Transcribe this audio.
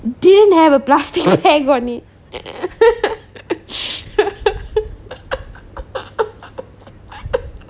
didn't have a plastic bag on it